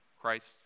Christ